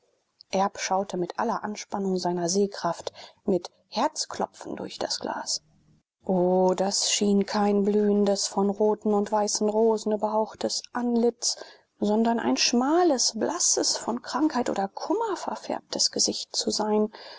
erb schaute mit aller anspannung seiner sehkraft mit herzklopfen durch das glas o das schien kein blühendes von roten und weißen rosen überhauchtes antlitz sondern ein schmales blasses von krankheit oder kummer verfärbtes gesicht zu sein